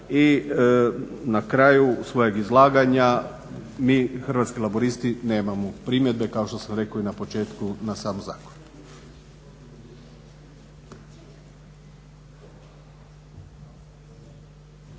I na kraju svojeg izlaganja, mi Hrvatski laburisti nemamo primjedbe kao što sam rekao i na početku na sam zakon.